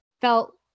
felt